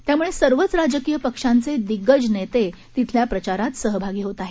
त्यामुळं सर्वच राजकीय पक्षाचे दिग्गज नेते तेथील प्रचारात सहभागी होत आहेत